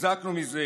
התחזקנו מזה,